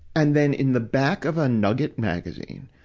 and then, in the back of a nugget magazine,